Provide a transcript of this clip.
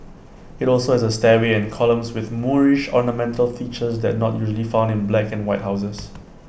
IT also has A stairway and columns with Moorish ornamental features that not usually found in black and white houses